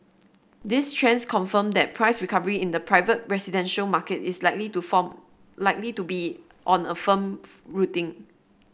these trends confirm that price recovery in the private residential market is likely to form likely to be on a firm rooting